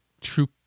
true